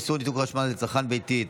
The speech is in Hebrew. איסור ניתוק חשמל לצרכן ביתי),